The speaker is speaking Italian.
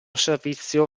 servizio